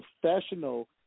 professional